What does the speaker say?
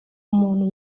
umuntu